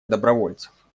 добровольцев